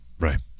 Right